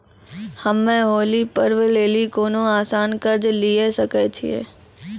हम्मय होली पर्व लेली कोनो आसान कर्ज लिये सकय छियै?